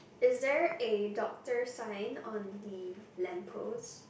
is there a doctor sign on the lamp post